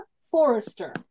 Forrester